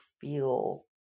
feel